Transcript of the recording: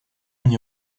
мне